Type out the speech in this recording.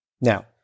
Now